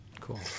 Cool